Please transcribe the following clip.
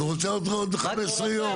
אז הוא רוצה עוד 15 יום.